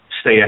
stay